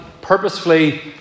purposefully